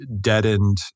deadened